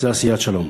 עשיית שלום.